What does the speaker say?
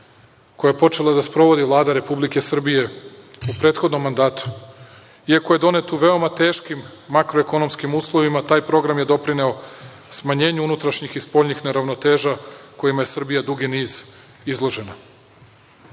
koje je počela da sprovodi Vlada Republike Srbije u prethodnom mandatu. Iako je donet u veoma teškim makroekonomskim uslovima taj program je doprineo smanjenju unutrašnjih i spoljnih neravnoteža kojima je Srbija dugi niz izložena. Globalna